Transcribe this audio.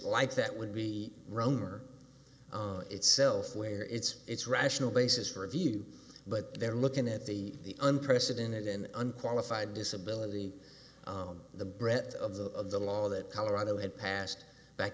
like that would be roemer itself where it's it's rational basis for a view but they're looking at the unprecedented and unqualified disability on the breadth of the of the law that colorado had passed back